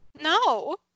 No